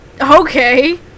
Okay